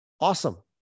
awesome